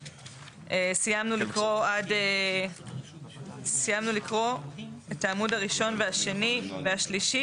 סיימנו לקרוא את העמוד הראשון והשני והשלישי,